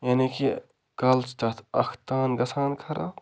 یعنی کہِ کالہٕ چھُ تَتھ اَکھ تان گژھان خراب